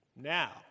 Now